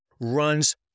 runs